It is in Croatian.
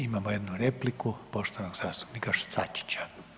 Imamo jednu repliku poštovanog zastupnika Sačića.